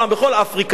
בכל אפריקה,